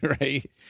right